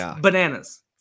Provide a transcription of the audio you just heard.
bananas